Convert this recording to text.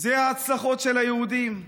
זה ההצלחות של היהודים.